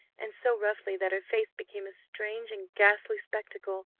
and so roughly, that her face became a strange and ghastly spectacle.